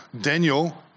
Daniel